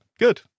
Good